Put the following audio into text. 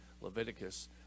Leviticus